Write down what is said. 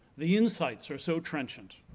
the insights are so trenchant,